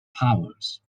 powers